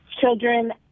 children